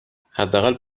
حداقل